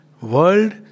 world